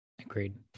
Agreed